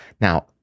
Now